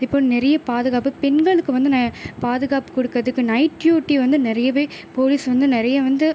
இப்போ நிறைய பாதுகாப்பு பெண்களுக்கு வந்து பாதுகாப்பு கொடுக்குறதுக்கு நைட் டியூட்டி வந்து நிறையவே போலீஸ் வந்து நிறைய வந்து